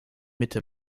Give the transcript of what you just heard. mitte